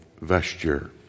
vesture